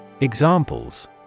Examples